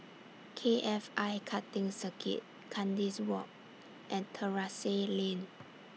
K F I Karting Circuit Kandis Walk and Terrasse Lane